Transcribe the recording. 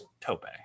Tope